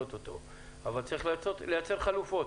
אבל כמובן צריך לייצר לזה חלופות.